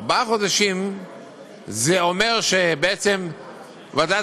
ארבעה חודשים זה אומר שבעצם ועדת